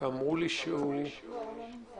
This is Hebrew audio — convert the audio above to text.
כי אני מבין